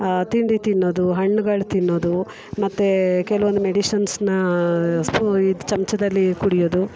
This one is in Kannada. ತಿಂಡಿ ತಿನ್ನೋದು ಹಣ್ಣುಗಳ ತಿನ್ನೋದು ಮತ್ತು ಕೆಲ್ವೊಂದು ಮೆಡಿಶನ್ಸ್ನ ಸ್ಪು ಇದು ಚಮಚದಲ್ಲಿ ಕುಡಿಯೋದು